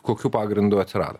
kokiu pagrindu atsirado